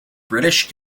british